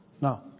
Now